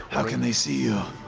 can they see you?